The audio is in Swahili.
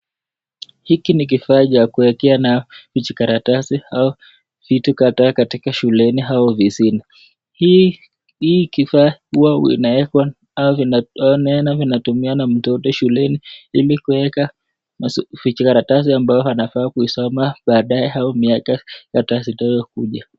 Hiki ni kifaa cha kuekea vijikaratasi au vitu kadhaa katika shuleni au ofisini, hii kifaa huwa inawekwa au inatumiwa na mtoto shuleni ili kuweka vijikaratasi ambao anafaa kuisoma baadae ama miaka zitakazo kuja.